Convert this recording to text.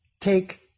take